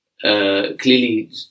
clearly